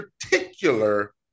particular